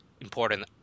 important